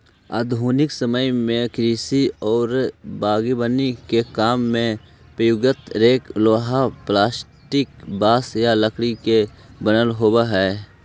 आधुनिक समय में कृषि औउर बागवानी के काम में प्रयुक्त रेक लोहा, प्लास्टिक, बाँस या लकड़ी के बनल होबऽ हई